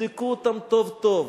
תבדקו אותם טוב טוב.